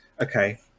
okay